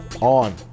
on